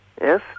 yes